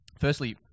Firstly